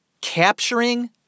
Capturing